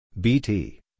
Bt